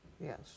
Yes